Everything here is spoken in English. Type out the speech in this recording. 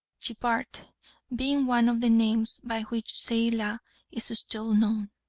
jibart being one of the names by which zeilah is still known.